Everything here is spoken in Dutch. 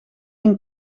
een